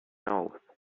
oath